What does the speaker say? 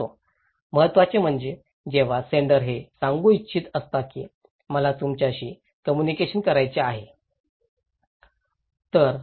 असो महत्त्वाचे म्हणजे जेव्हा सेण्डर हे सांगू इच्छित असेल की मला तुमच्याशी कम्युनिकेशन करायचे आहे